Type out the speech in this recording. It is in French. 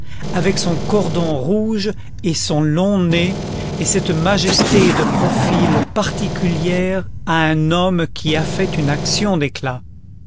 avec son cordon rouge et son long nez et cette majesté de profil particulière à un homme qui a fait une action d'éclat